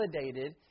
validated